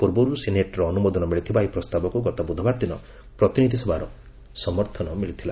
ପୂର୍ବର୍ ସିନେଟ୍ର ଅନ୍ରମୋଦନ ମିଳିଥିବା ଏହି ପ୍ରସ୍ତାବକ୍ ଗତ ବୁଧବାର ଦିନ ପ୍ରତିନିଧି ସଭାର ସମର୍ଥନ ମିଳିଥିଲା